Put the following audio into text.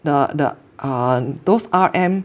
the the err those R_M